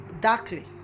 darkly